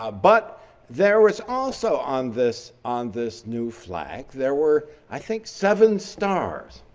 um but there was also on this on this new flag, there were i think seven stars